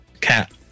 Cat